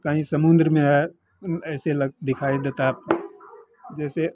कही समुद्र में है ऐसे लग दिखाई देता है जैसे